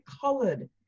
colored